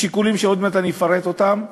משיקולים שעוד מעט אני אפרט אותם,